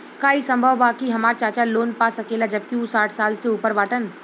का ई संभव बा कि हमार चाचा लोन पा सकेला जबकि उ साठ साल से ऊपर बाटन?